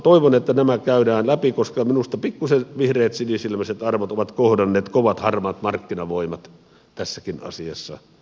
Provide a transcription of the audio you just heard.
toivon että nämä käydään läpi koska minusta pikkusen vihreät sinisilmäiset arvot ovat kohdanneet kovat harmaat markkinavoimat tässäkin asiassa suomessa